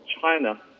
China